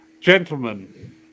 Gentlemen